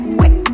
quick